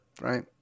right